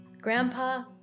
Grandpa